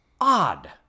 odd